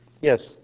Yes